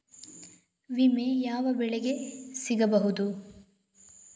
ವಿಮೆ ಯಾವ ಬೆಳೆಗೆ ಸಿಗಬಹುದು?